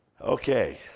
Okay